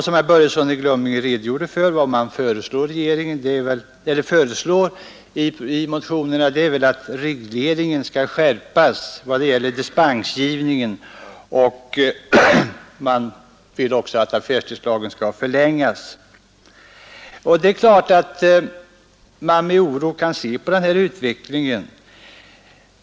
Självfallet kan man se med oro på denna utveckling.